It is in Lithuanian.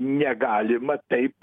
negalima taip